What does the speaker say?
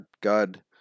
God